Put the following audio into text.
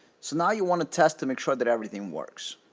so now, you want to test to make sure that everything works.